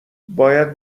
باید